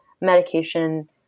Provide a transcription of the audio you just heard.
medication